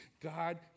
God